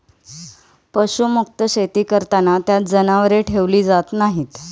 पशुमुक्त शेती करताना त्यात जनावरे ठेवली जात नाहीत